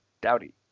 Dowdy